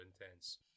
intense